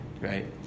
right